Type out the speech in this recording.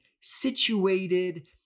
situated